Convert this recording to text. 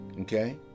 Okay